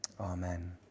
Amen